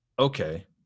Okay